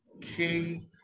King